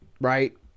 right